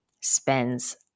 spends